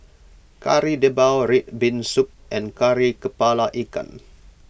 Kari Debal Red Bean Soup and Kari Kepala Ikan